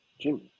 Jim